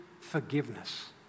forgiveness